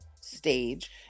stage